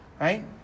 Right